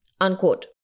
Unquote